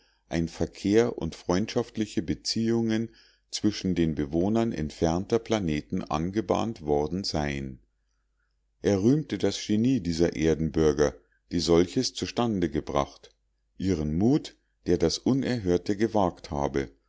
ein verkehr und freundschaftliche beziehungen zwischen den bewohnern entfernter planeten angebahnt worden seien er rühmte das genie dieser erdenbürger die solches zustande gebracht ihren mut der das unerhörte gewagt habe